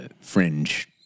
fringe